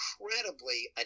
incredibly